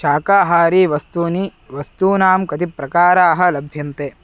शाकाहारी वस्तूनि वस्तूनां कति प्रकाराः लभ्यन्ते